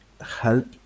help